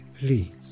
Please